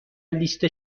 لیست